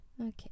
okay